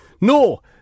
No